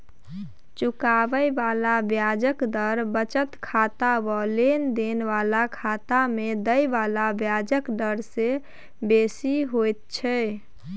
चुकाबे बला ब्याजक दर बचत खाता वा लेन देन बला खाता में देय बला ब्याजक डर से बेसी होइत छै